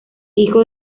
hijo